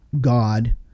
God